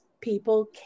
people